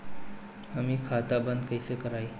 हम इ खाता बंद कइसे करवाई?